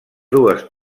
dues